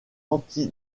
anti